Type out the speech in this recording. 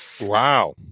Wow